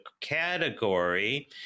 category